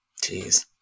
Jeez